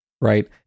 right